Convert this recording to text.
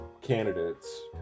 candidates